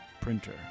printer